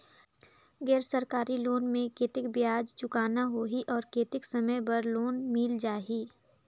गैर सरकारी लोन मे कतेक ब्याज चुकाना होही और कतेक समय बर लोन मिल जाहि?